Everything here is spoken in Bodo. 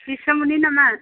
डिस्टार्ब मोनदों नामा